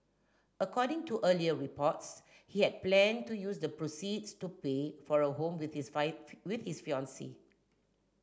according to earlier reports he had planned to use the proceeds to pay for a home with his with his fiancee